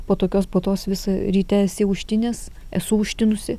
po tokios puotos visą ryte esi užtinęs esu užtinusi